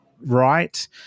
right